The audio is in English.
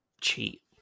cheat